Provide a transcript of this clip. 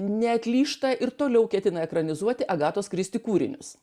neatlyžta ir toliau ketina ekranizuoti agatos kristi kūrinius